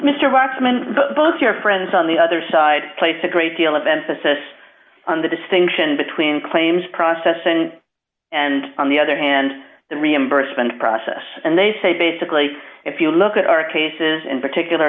both your friends on the other side place a great deal of emphasis on the distinction between claims process and and on the other hand the reimbursement process and they say basically if you look at our cases in particular